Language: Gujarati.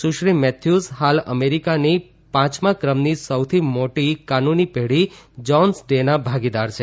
સુશ્રી મેથ્યુઝ હાલ અમેરિકાની પાંચમા ક્રમની સૌથી મોટી કાનૂની પેઢી જાનસ ડે ના ભાગીદાર છે